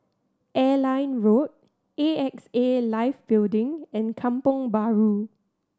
Airline Road A X A Life Building and Kampong Bahru